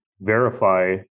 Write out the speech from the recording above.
verify